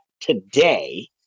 today